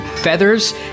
feathers